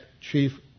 chief